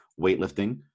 weightlifting